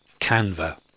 Canva